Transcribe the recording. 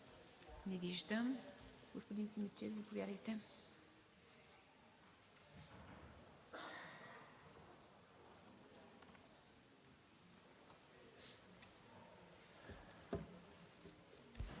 Не виждам. Господин Симидчиев, заповядайте.